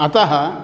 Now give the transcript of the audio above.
अतः